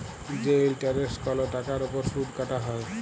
যে ইলটারেস্ট কল টাকার উপর সুদ কাটা হ্যয়